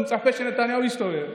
הוא מצפה שנתניהו יסתובב,